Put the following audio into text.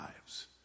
lives